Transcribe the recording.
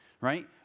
right